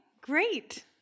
Great